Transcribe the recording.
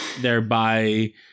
thereby